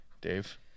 Dave